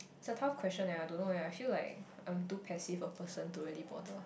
it's a tough question eh I don't know eh I feel like I'm too passive a person to really bother